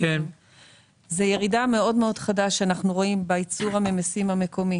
היא הירידה המאוד חדה שאנחנו רואים בייצור הממסים המקומי